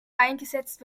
eingesetzt